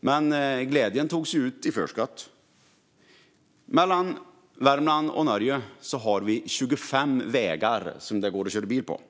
Men glädjen togs ut i förskott. Mellan Värmland och Norge har vi 25 vägar som det går att köra bil på.